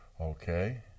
okay